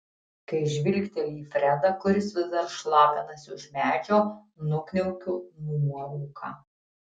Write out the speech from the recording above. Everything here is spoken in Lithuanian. kai žvilgteli į fredą kuris vis dar šlapinasi už medžio nukniaukiu nuorūką